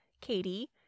Katie